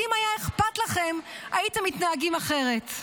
כי אם היה אכפת לכם הייתם מתנהגים אחרת.